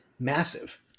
Massive